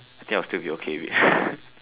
I think I'll still be okay with it